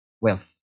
wealth